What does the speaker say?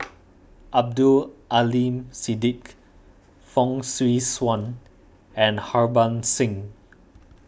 Abdul Aleem Siddique Fong Swee Suan and Harbans Singh